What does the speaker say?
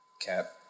Cap